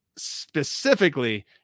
specifically